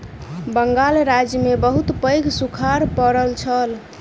बंगाल राज्य में बहुत पैघ सूखाड़ पड़ल छल